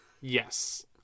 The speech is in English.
Yes